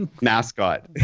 mascot